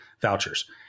vouchers